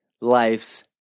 life's